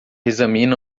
examina